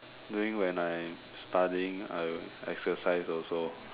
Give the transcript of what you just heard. during when I studying I exercise also